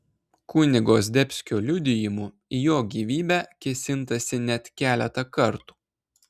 kunigo zdebskio liudijimu į jo gyvybę kėsintasi net keletą kartų